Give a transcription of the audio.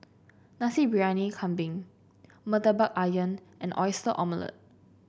Nasi Briyani Kambing murtabak ayam and Oyster Omelette